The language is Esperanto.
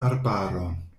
arbaron